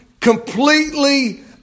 Completely